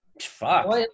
Fuck